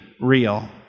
real